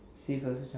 see first which one